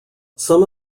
some